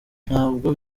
ntabwo